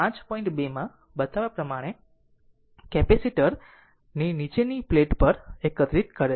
2 માં બતાવ્યા પ્રમાણે કેપેસિટર ની તે નીચી પ્લેટ પર એકત્રિત કરે છે